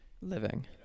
living